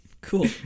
Cool